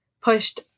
pushed